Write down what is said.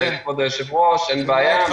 אין בעיה.